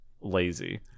lazy